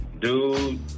Dude